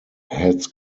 heads